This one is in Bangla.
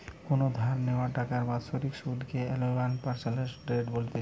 কোনো ধার নেওয়া টাকার বাৎসরিক সুধ কে অ্যানুয়াল পার্সেন্টেজ রেট বলতিছে